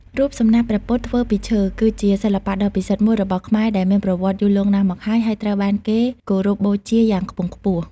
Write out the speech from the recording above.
រូបសំណាកព្រះពុទ្ធធ្វើពីឈើ គឺជាសិល្បៈដ៏ពិសិដ្ឋមួយរបស់ខ្មែរដែលមានប្រវត្តិយូរលង់ណាស់មកហើយ ហើយត្រូវបានគេគោរពបូជាយ៉ាងខ្ពង់ខ្ពស់។